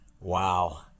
Wow